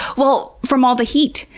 well, from all the heat.